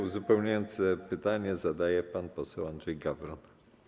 Uzupełniające pytanie zadaje pan poseł Andrzej Gawron.